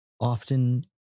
often